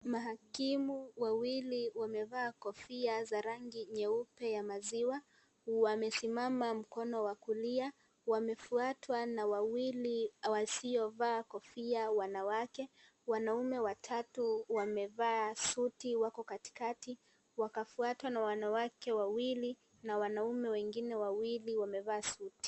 Mahakimu wawili wamevaa kofia za rangi nyeupe za maziwa. Wamesimama mkono wa kulia wamefuatwa na wawili wasiovaa kofia na wanawake. Wanaume watatu wamevaa suti katikati wakafuatwa na wanawake wawili na wanaume wengine wawili wamevaa suti.